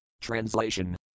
Translation